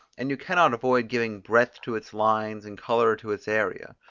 and you cannot avoid giving breadth to its lines and colour to its area.